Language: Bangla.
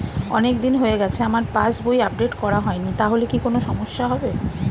অনেকদিন হয়ে গেছে আমার পাস বই আপডেট করা হয়নি তাহলে কি কোন সমস্যা হবে?